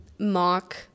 mock